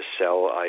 sell